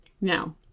Now